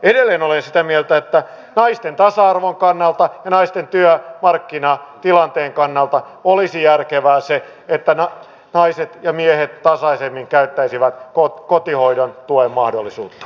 edelleen olen sitä mieltä että naisten tasa arvon kannalta ja naisten työmarkkinatilanteen kannalta olisi järkevää se että naiset ja miehet tasaisemmin käyttäisivät kotihoidon tuen mahdollisuutta